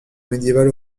médiéval